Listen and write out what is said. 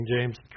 James